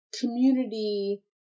community